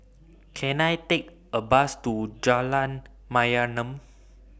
Can I Take A Bus to Jalan Mayaanam